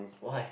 why